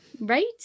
right